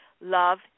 Love